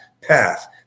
path